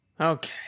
Okay